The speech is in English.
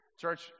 church